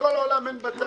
בכל העולם אין בצל.